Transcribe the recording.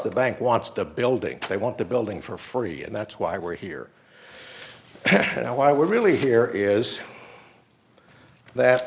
the bank wants the building they want the building for free and that's why we're here and why we're really here is that